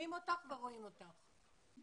שומעים אותך ורואים אותך.